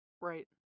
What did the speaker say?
right